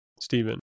stephen